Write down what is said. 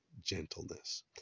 gentleness